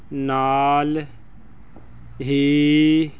ਨਾਲ ਹੀ